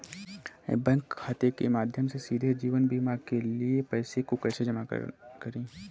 Bank खाते के माध्यम से सीधे जीवन बीमा के लिए पैसे को कैसे जमा करें?